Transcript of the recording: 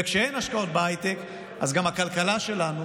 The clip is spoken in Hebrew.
וכשאין השקעות בהייטק אז גם הכלכלה שלנו